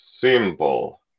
simple